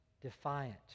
defiant